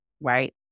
right